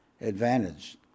advantage